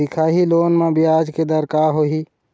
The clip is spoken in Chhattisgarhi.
दिखाही लोन म ब्याज के दर का होही?